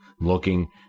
looking